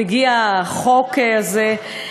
מגיע החוק הזה,